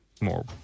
more